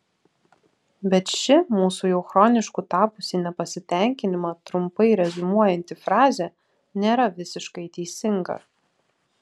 bet ši mūsų jau chronišku tapusį nepasitenkinimą trumpai reziumuojanti frazė nėra visiškai teisinga